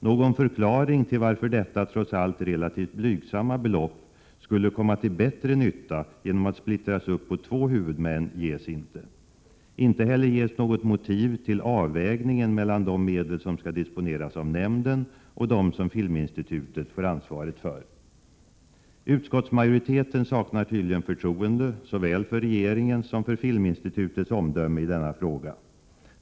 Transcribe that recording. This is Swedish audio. Någon förklaring till varför detta trots allt relativt blygsamma belopp skulle komma till bättre nytta genom att splittras upp på två huvudmän ges inte. Inte heller ges något motiv till avvägningen mellan de medel som skall disponeras av nämnden och de som Filminstitutet får ansvaret för. Utskottsmajoriteten saknar tydligen förtroende såväl för regeringens som för Filminstitutets omdöme i denna fråga.